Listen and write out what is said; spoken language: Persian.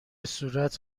صورت